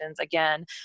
again